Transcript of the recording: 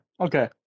okay